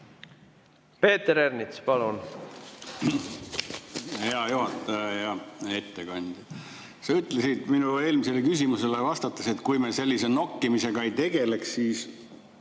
Peeter Ernits, palun! Hea juhataja! Hea ettekandja! Sa ütlesid minu eelmisele küsimusele vastates, et kui me sellise nokkimisega ei tegeleks, siis